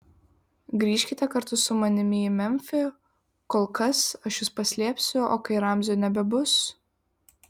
grįžkite kartu su manimi į memfį kol kas aš jus paslėpsiu o kai ramzio nebebus